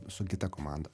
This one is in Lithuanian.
su kita komanda